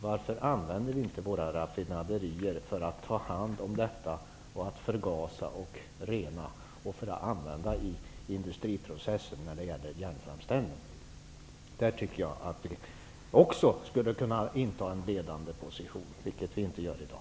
Varför använder vi inte våra raffinaderier till att ta hand om restoljorna, för att förgasa och rena dem och sedan använda dem i industriprocessen vid järnframställning? Jag hade hoppats på en kommentar från miljöministern kring detta. Jag menar att vi också på det området skulle kunna inta en ledande position, vilket vi inte gör i dag.